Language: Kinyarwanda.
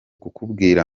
kukubwira